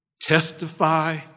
Testify